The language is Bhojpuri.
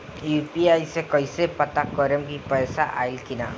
यू.पी.आई से कईसे पता करेम की पैसा आइल की ना?